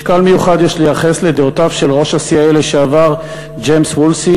משקל מיוחד יש לייחס לדעותיו של ראש ה-CIA לשעבר ג'יימס וולסי